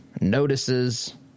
notices